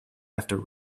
after